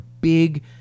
big